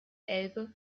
elbe